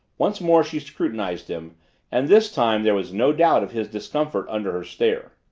once more she scrutinized him and this time there was no doubt of his discomfort under her stare.